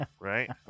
right